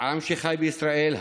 העם שחי בישראל,